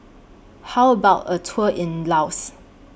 How about A Tour in Laos